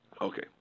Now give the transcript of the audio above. Okay